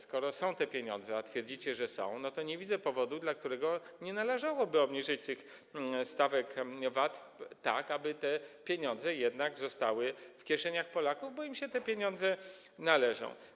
Skoro są te pieniądze, a twierdzicie, że są, to nie widzę powodu, dla którego nie należałoby obniżyć tych stawek VAT, tak aby te pieniądze zostały jednak w kieszeniach Polaków, bo im się te pieniądze należą.